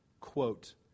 Quote